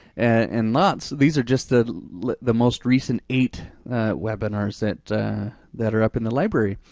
and lots, these are just the like the most recent eight webinars that that are up in the library.